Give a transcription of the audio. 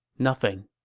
nothing.